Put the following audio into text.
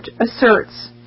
asserts